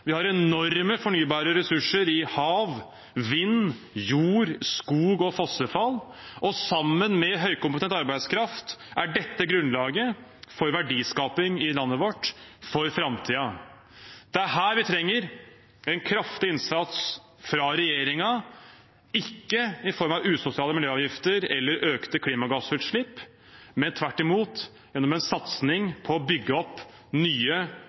Vi har enorme fornybare ressurser i hav, vind, jord, skog og fossefall, og sammen med høykompetent arbeidskraft er dette grunnlaget for verdiskaping i landet vårt for framtida. Det er her vi trenger en kraftig innsats fra regjeringen, ikke i form av usosiale miljøavgifter eller økte klimagassutslipp, men tvert imot gjennom en satsing på å bygge opp nye